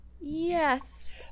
Yes